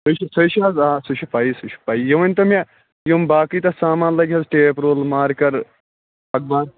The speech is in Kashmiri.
سُے چھُ سُے چھُ حظ آ سُہ چھِ پیی سُہ چھُ پیی یہِ ؤنتو مےٚ یِم باقٕے تَتھ سامان لگہِ حظ ٹیپ رول مارکر اخبار